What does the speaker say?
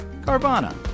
Carvana